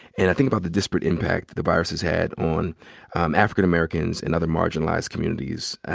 and i think about the disparate impact the virus has had on african americans and other marginalized communities.